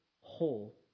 whole